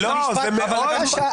זה מאוד משמעותי.